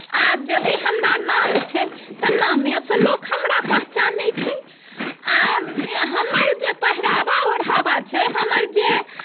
आ यदि हमरा नाम छै तऽ नामेसँ लोग हमरा पहचानैत छै आ हमर जे पहिरावा ओढ़ावा छै हमर जे